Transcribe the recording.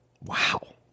wow